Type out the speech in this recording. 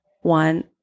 one